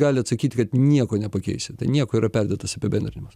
gali atsakyti kad nieko nepakeisi tai nieko yra perdėtas apibendrinimas